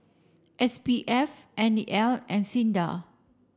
S P F N E L and SINDA